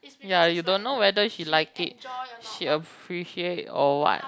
ya you don't know whether she like it she appreciate or what